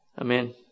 Amen